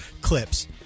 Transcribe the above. clips